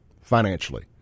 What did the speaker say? financially